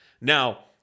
Now